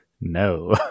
No